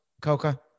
Coca